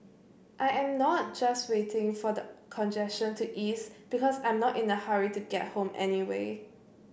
I am not just waiting for the congestion to ease because I'm not in a hurry to get home anyway